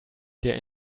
der